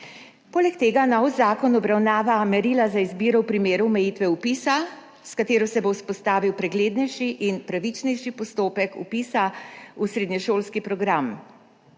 Poleg tega nov zakon obravnava merila za izbiro v primeru omejitve vpisa, s katero se bo vzpostavil preglednejši in pravičnejši postopek vpisa v srednješolski program.